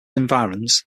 environs